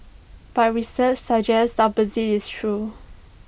but research suggests the opposite is true